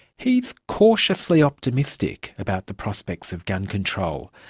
he's cautiously optimistic about the prospects of gun control,